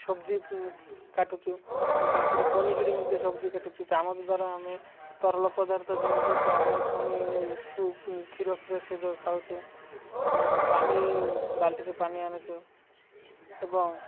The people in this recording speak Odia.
ସବ୍ଜି କାଟୁଛୁ ତାପରେ ପନିକିରେ ମଧ୍ୟ ସବ୍ଜି କାଟୁଛୁ ଚାମଚ ଦ୍ୱାରା ଆମେ ତରଳ ପଦାର୍ଥ ଯେମିତି ଚାଓମିିନ୍ ଫଉମିନ ସୁପ୍ କ୍ଷୀର ଫିର ସେ ଯ ଖାଉଛୁ ପାନି ବାଲ୍ଟିରେ ପାଣି ଆଣିଛୁ ଏବଂ